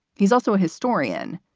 he's also a historian.